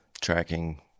tracking